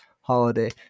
holiday